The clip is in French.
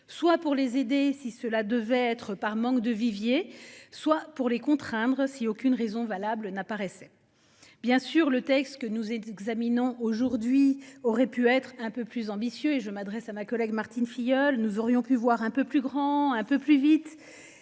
soit pour les aider si cela devait être par manque de viviers soit pour les contraindre, si aucune raison valable n'apparaissait. Bien sûr, le texte que nous examinons aujourd'hui aurait pu être un peu plus ambitieux et je m'adresse à ma collègue Martine Filleul, nous aurions pu voir un peu plus grand. Un peu plus vite